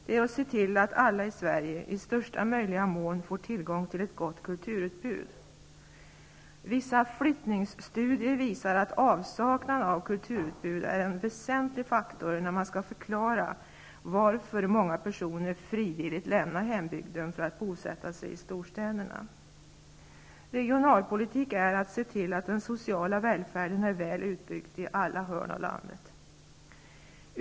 Det är att se till att alla i Sverige i största möjliga mån får tillgång till ett gott kulturutbud. Vissa flyttningsstudier visar att avsaknad av kulturutbud är en väsentlig faktor när man skall förklara varför många personer frivilligt lämnar hembygden för att bosätta sig i storstäderna. Regionalpolitik är att se till att den sociala välfärden är väl utbyggd i alla hörn av landet.